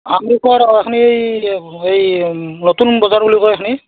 আপুনি পোৱাৰ এইখিনি এই সেই নতুন বজাৰ বুলি কয় এইখিনি